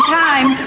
time